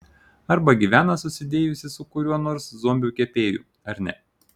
arba gyvena susidėjusi su kuriuo nors zombiu kepėju ar ne